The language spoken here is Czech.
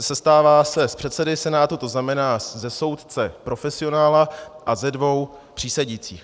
Sestává z předsedy senátu, to znamená ze soudce profesionála, a ze dvou přísedících.